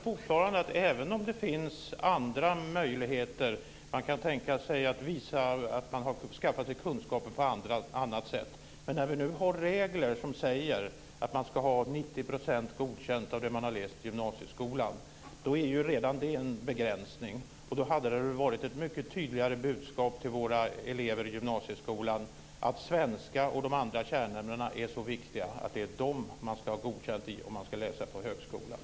Herr talman! Det finns andra möjligheter, t.ex. att man kan visa att man har skaffat sig kunskaper på annat sätt, men när vi nu har regler som säger att man ska vara godkänd i 90 % av det som man har läst i gymnasieskolan, är redan det en begränsning. Då hade det väl varit ett mycket tydligare budskap till våra elever i gymnasieskolan att svenska och de övriga kärnämnena är så viktiga att det är de som man ska vara godkänd i för att få läsa på högskolan.